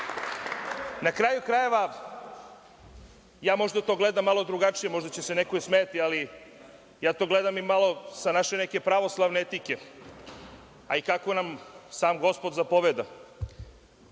kraju krajeva, ja možda gledam to malo drugačije, možda će se neko i smejati, ali ja to gledam i malo sa neke naše pravoslavne etike, ali kako je on sam Gospod zapoveda,